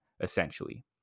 essentially